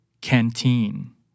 canteen